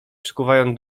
przykuwają